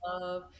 love